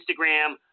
Instagram